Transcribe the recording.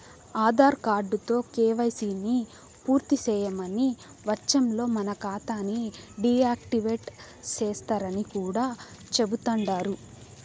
ఆదార్ కార్డుతో కేవైసీని పూర్తిసేయని వచ్చంలో మన కాతాని డీ యాక్టివేటు సేస్తరని కూడా చెబుతండారు